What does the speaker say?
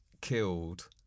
killed